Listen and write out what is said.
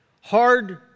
Hard